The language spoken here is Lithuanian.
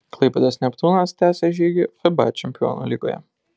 klaipėdos neptūnas tęsia žygį fiba čempionų lygoje